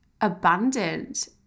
abundant